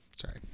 Sorry